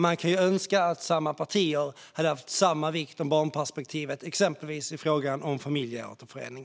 Man kunde önska att samma partier hade fäst samma vikt vid barnperspektivet exempelvis i frågan om familjeåterförening.